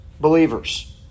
believers